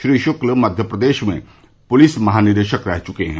श्री शुक्ल मध्यप्रदेश में पुलिस महानिदेशक रह चुके हैं